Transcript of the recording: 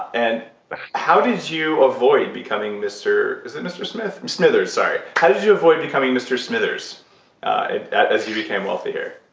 and how did you avoid becoming mister. is it mr. smith? smithers, sorry. how did you avoid becoming mr. smithers as you became wealthier?